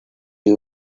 you